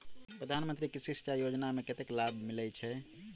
प्रधान मंत्री कृषि सिंचाई योजना मे कतेक लाभ मिलय छै?